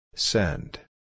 Send